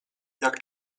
jak